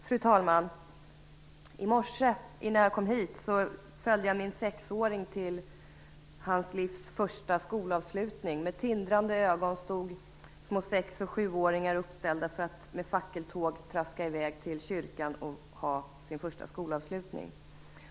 Fru talman! I morse innan jag kom hit följde jag min sexåring till hans livs första skolavslutning. Med tindrande ögon stod små sex och sjuåringar uppställda för att i fackeltåg traska i väg till kyrkan och ha sin första skolavslutning.